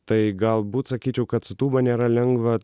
tai galbūt sakyčiau kad su tūba nėra lengva